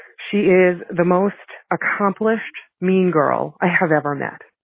she is the most accomplished, mean girl i have ever met.